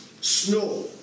snow